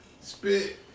Spit